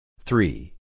Three